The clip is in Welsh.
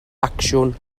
acsiwn